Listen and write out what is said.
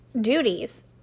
duties